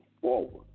forward